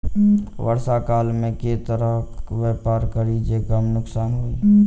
वर्षा काल मे केँ तरहक व्यापार करि जे कम नुकसान होइ?